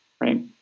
Right